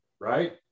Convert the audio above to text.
right